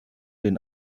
den